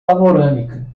panorâmica